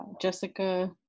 Jessica